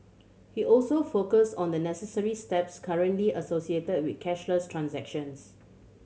he also focused on the necessary steps currently associated with cashless transactions